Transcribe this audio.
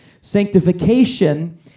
sanctification